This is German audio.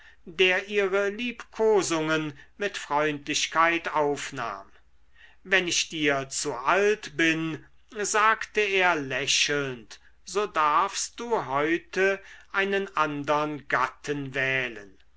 der ihre liebkosungen mit freundlichkeit aufnahm wenn ich dir zu alt bin sagte er lächelnd so darfst du heute einen andern gatten wählen